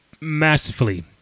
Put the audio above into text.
masterfully